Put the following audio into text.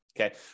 okay